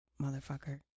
motherfucker